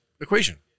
equation